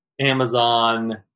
Amazon